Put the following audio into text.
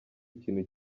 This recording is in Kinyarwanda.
ikintu